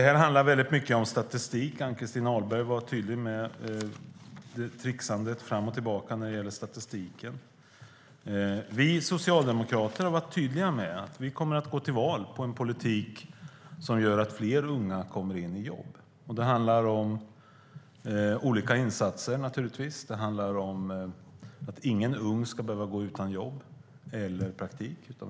Här handlar det väldigt mycket om statistik, och Ann-Christin Ahlberg tog upp tricksandet fram och tillbaka med statistiken. Vi socialdemokrater har varit tydliga med att vi kommer att gå till val på en politik som gör att fler unga kommer i jobb. Det handlar naturligtvis om olika insatser. Det handlar om att ingen ung ska behöva gå utan jobb eller praktik.